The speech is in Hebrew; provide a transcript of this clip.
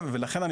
לכן,